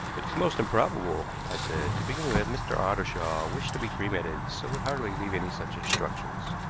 it is most improbable, i said. to begin with, mr. ottershaw wished to be cremated, so would hardly leave any such instructions.